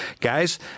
Guys